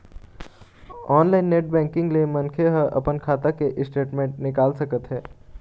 online net banking ले मनखे ह अपन खाता के स्टेटमेंट निकाल सकत हे